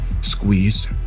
Squeeze